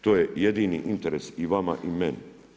To je jedini interes i vama i meni.